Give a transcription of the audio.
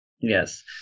Yes